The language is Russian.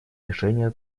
решения